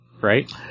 right